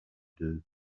deux